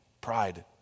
Pride